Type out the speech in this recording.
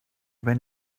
vent